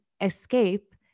Escape